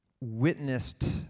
witnessed